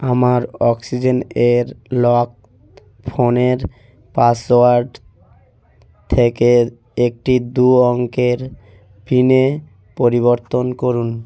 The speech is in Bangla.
আমার অক্সিজেন এর লক ফোনের পাসওয়ার্ড থেকে একটি দু অঙ্কের পিনে পরিবর্তন করুন